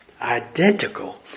identical